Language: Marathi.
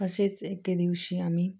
तसेेच एके दिवशी आम्ही